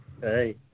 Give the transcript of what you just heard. Hey